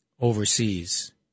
overseas